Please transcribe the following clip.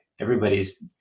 everybody's